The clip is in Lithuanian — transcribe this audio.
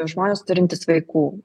žmonės turintys vaikų